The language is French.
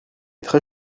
très